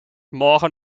morgen